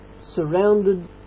surrounded